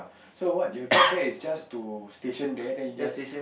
so what your job there is just to station there then you just